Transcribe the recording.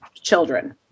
children